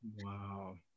wow